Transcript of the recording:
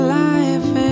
life